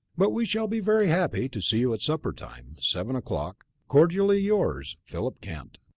but we shall be very happy to see you at supper time, seven o'clock. cordially yours, philip kent.